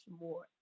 more